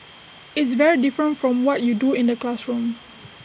it's very different from what you do in the classroom